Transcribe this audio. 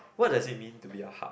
what does it mean to be a hub